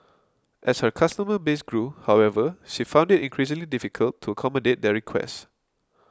as her customer base grew however she found it increasingly difficult to accommodate their requests